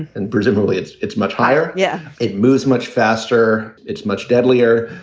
and presumably it's it's much higher. yeah, it moves much faster. it's much deadlier.